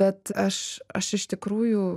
bet aš aš iš tikrųjų